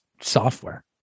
software